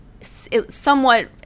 somewhat